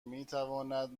میتواند